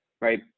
right